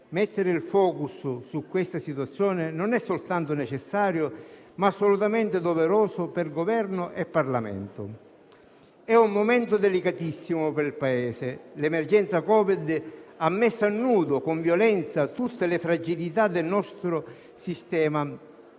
mettere il *focus* su questa situazione non è soltanto necessario, ma assolutamente doveroso per Governo e Parlamento. È un momento delicatissimo per il Paese: l'emergenza Covid ha messo a nudo con violenza tutte le fragilità del nostro Sistema